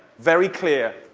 very clear.